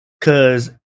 Cause